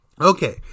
Okay